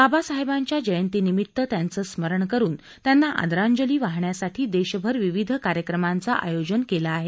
बाबासाहेबांच्या जयंतीनिमित्त त्यांचं स्मरण करून त्यांना आदरांजली वाहण्यासाठी देशभर विविध कार्यक्रमांचं आयोजन केलं आहे